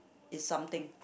it's something